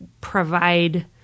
provide